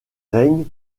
règnent